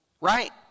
right